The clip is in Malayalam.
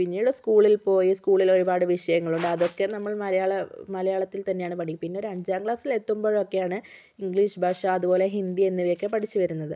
പിന്നീട് സ്കൂളിൽ പോയി സ്കൂളിൽ ഒരുപാട് വിഷയങ്ങളുണ്ട് അതൊക്കെ നമ്മൾ മലയാള മലയാളത്തിൽ തന്നെയാണ് പഠി പിന്നെ ഒരു അഞ്ചാം ക്ലാസ്സിൽ എത്തുമ്പോഴൊക്കെയാണ് ഇംഗ്ലീഷ് ഭാഷ അത് പോലെ ഹിന്ദി എന്നിവയൊക്കെ പഠിച്ച് വരുന്നത്